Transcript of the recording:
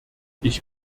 ich